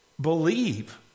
believe